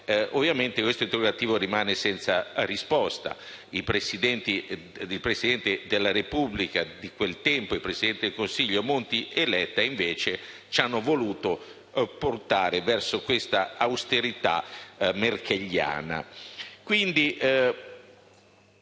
ovviamente rimane senza risposta. Il Presidente della Repubblica del tempo e i presidenti del Consiglio Monti e Letta invece ci hanno voluto portare verso questa austerità merkeliana.